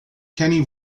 kenny